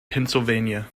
pennsylvania